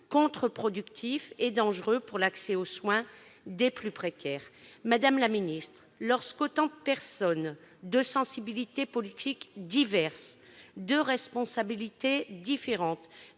contre-productif et dangereux pour l'accès aux soins des plus précaires. Madame la ministre, lorsque tant de personnes de sensibilités politiques diverses et aux responsabilités différentes